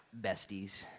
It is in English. Besties